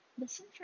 Listen